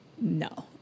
No